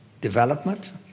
development